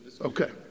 Okay